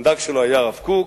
הסנדק שלו היה הרב קוק,